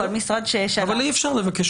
כל משרד ש --- אבל אי אפשר לבקש